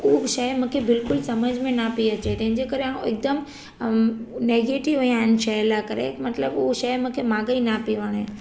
त उहो शइ मूंखे बिल्कुलु बि समुझ में न पेई अचे तंहिं करे आऊं हिकदमि नेगेटिव आहियां हिन शइ लाइ करे मतलबु उहो शइ मूंखे मांॻेई न पेई वणे